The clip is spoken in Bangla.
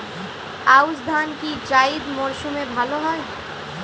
আউশ ধান কি জায়িদ মরসুমে ভালো হয়?